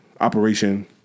operation